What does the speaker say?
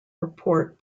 report